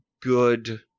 good